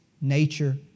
nature